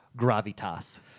gravitas